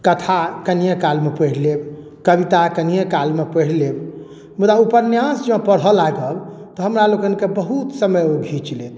कथा कनिए कालमे पढ़ि लेब कविता कनिए कालमे पढ़ि लेब मुदा उपन्यास जँ पढ़य लागब तऽ हमरा लोकनिके बहुत समय ओ घीच लेत